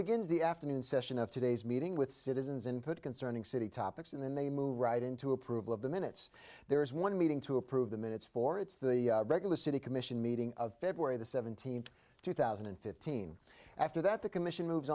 begins the afternoon session of today's meeting with citizens input concerning city topics and then they move right into approval of the minutes there is one meeting to approve the minutes for it's the regular city commission meeting of february the seventeenth two thousand and fifteen after that the commission moves